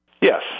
Yes